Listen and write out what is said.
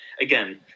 again